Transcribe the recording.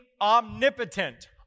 omnipotent